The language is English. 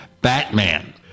Batman